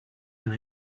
and